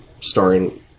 starring